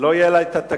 לא יהיה תקציב